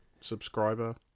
subscriber